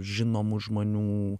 žinomų žmonių